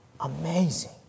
Amazing